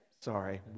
Sorry